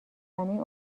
زمین